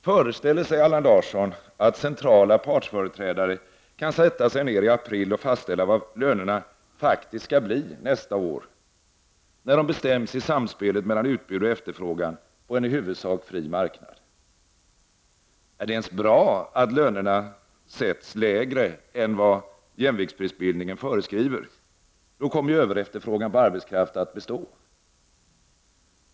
Föreställer sig Allan Larsson att centrala partsföreträdare kan sätta sig ned i april och fastställa vad lönerna faktiskt skall bli nästa år, när de bestäms i samspelet mellan utbud och efterfrågan på en i huvudsak fri marknad? Är det ens bra att lönerna sätts lägre än vad jämviktsprisbildningen föreskriver? Då kommer ju överefterfrågan på arbetskraft att bestå.